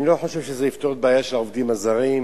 אני לא חושב שזה יפתור את הבעיה של העובדים הזרים.